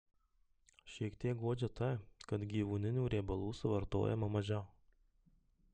šiek tiek guodžia tai kad gyvūninių riebalų suvartojama mažiau